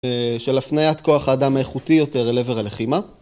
של הפניית כוח האדם האיכותי יותר אל עבר הלחימה